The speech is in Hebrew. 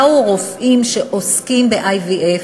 באו רופאים שעוסקים ב-IVF,